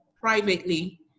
privately